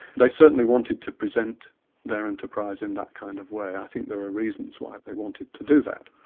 they certainly wanted to present their enterprise in that kind of way. i think there are reasons why they wanted to do that.